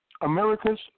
America's